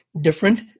different